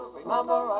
remember